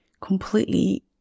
completely